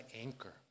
anchor